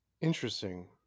Interesting